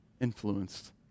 influenced